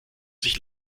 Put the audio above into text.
sich